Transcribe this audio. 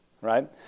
right